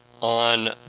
on